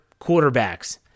quarterbacks